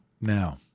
Now